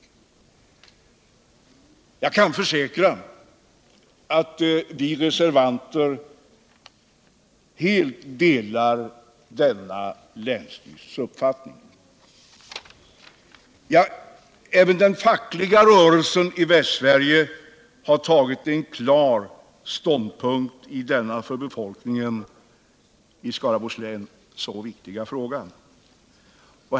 Jag kan försäkra att vi reservanter helt delar denna länsstyrelsens uppfattning. Även den fackliga rörelsen i Västsverige har tagit en klar ståndpunkt i denna för befolkningen i Skaraborgs län så viktiga fråga.